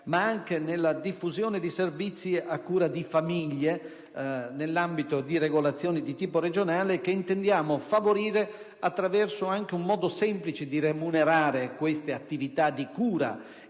ma anche nella diffusione di servizi a cura di famiglie, nell'ambito di regolazioni di tipo regionale, che intendiamo favorire attraverso un modo semplice di remunerare queste attività di cura